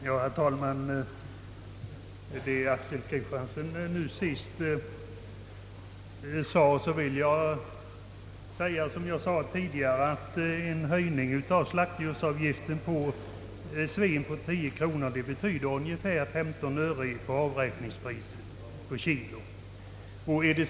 Herr talman! Med anledning av vad herr Axel Kristiansson nu senast anförde vill jag säga — som jag tidigare sade — att en höjning av slaktdjursavgiften när det gäller svin med 10 kronor betyder ungefär 15 öre på avräkningspriset per kilogram.